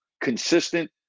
consistent